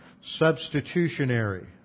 substitutionary